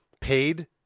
paid